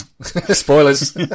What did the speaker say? Spoilers